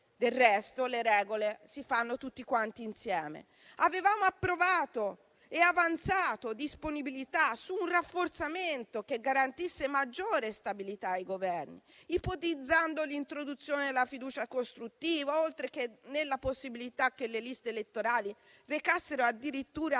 Del resto le regole si fanno tutti quanti insieme. Avevamo avanzato disponibilità su un rafforzamento che garantisse maggiore stabilità ai Governi, ipotizzando l'introduzione della fiducia costruttiva, oltre che la possibilità che le liste elettorali recassero addirittura anche